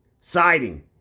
siding